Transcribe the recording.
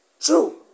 True